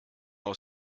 aus